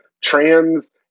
trans